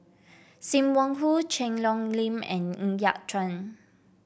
Sim Wong Hoo Cheang Hong Lim and Ng Yat Chuan